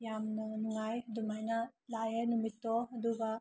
ꯌꯥꯝꯅ ꯅꯨꯡꯉꯥꯏ ꯑꯗꯨꯃꯥꯏꯅ ꯂꯥꯛꯑꯦ ꯅꯨꯃꯤꯠꯇꯣ ꯑꯗꯨꯒ